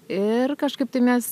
ir kažkaip tai mes